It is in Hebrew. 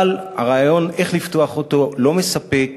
אבל הרעיון איך לפתוח אותו לא מספק,